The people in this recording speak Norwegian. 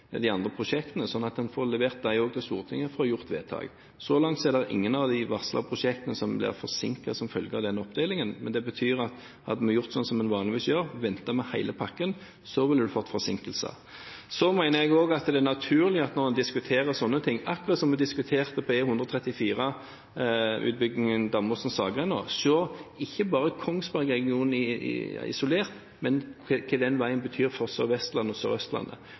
får gjort vedtak. Så langt er det ingen av de varslede prosjektene som blir forsinket som følge av den oppdelingen, men det betyr at hadde vi gjort sånn som en vanligvis gjør, ventet med hele pakken, så ville en fått forsinkelser. Så mener jeg også det er naturlig at når en diskuterer sånne ting, akkurat som da vi diskuterte utbyggingen av E134 Damåsen–Saggrenda, at man ikke bare må se Kongsberg-regionen isolert, men ser hva den veien betyr for Sør-Vestlandet og Sør-Østlandet. På samme måten mener jeg det er viktig å ha visjoner for hele østfoldområdet, og